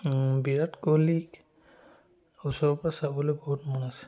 বিৰাট কোহলিক ওচৰৰ পৰা চাবলৈ বহুত মন আছে